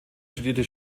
studierte